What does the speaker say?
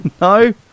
no